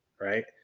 right